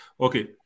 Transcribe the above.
Okay